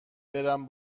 برم